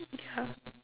ya